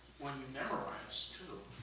when you memorize too,